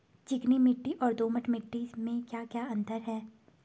चिकनी मिट्टी और दोमट मिट्टी में क्या क्या अंतर है?